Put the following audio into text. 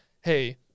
hey